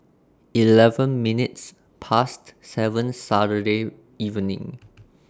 eleven minutes Past seven Saturday evening